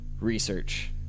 research